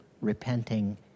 repenting